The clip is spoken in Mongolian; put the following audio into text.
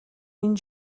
энэ